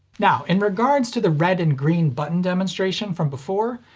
now, in regards to the red and green button demonstration from before,